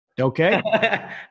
Okay